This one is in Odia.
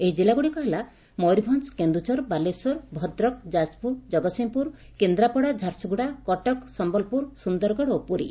ଏହି କିଲ୍ଲାଗୁଡ଼ିକ ହେଲେ ମୟରଭଞ୍ କେନ୍ଦୁଝର ବାଲେଶ୍ୱର ଭଦ୍ରକ ଯାଜପୁର ଜଗତ୍ସିଂହପୁର କେନ୍ଦ୍ରାପଡ଼ା ଝାରସୁଗୁଡା କଟକ ସମ୍ୟଲପୁର ସୁନ୍ଦରଗଡ଼ ଓ ପୁରୀ